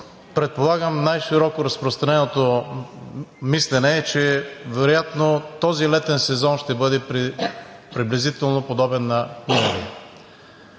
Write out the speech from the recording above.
предполагам най-широко разпространеното мислене е, че вероятно този летен сезон ще бъде приблизително подобен на миналия.